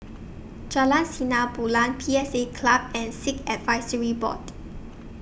Jalan Sinar Bulan P S A Club and Sikh Advisory Board